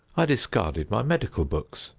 i discarded my medical books.